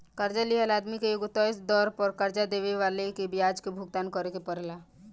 कर्जा लिहल आदमी के एगो तय दर पर कर्जा देवे वाला के ब्याज के भुगतान करेके परेला